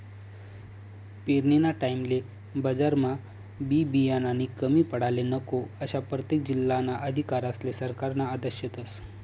पेरनीना टाईमले बजारमा बी बियानानी कमी पडाले नको, आशा परतेक जिल्हाना अधिकारीस्ले सरकारना आदेश शेतस